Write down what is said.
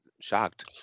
shocked